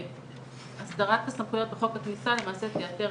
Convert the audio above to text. הסדרת הסמכויות בחוק הכניסה למעשה תייתר